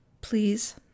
Please